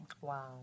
Wow